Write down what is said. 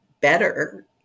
better